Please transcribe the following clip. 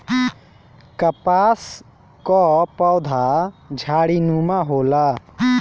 कपास कअ पौधा झाड़ीनुमा होला